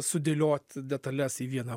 sudėliot detales į vieną